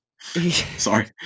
Sorry